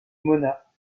mona